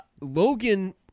Logan